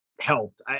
Helped